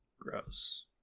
Gross